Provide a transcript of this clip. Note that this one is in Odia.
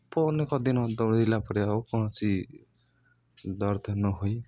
ଅନେକ ଦିନ ଦୌଡ଼ିଲା ପରେ ଆଉ କୌଣସି ଦର୍ଦ ନହୋଇ